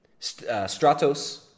Stratos